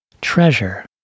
treasure